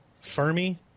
Fermi